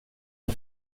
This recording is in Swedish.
det